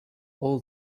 all